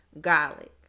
garlic